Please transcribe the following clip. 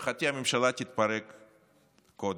להערכתי הממשלה תתפרק קודם.